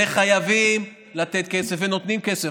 חייבים לתת כסף ונותנים כסף.